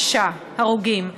שישה הרוגים.